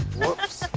whoops.